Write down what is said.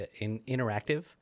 interactive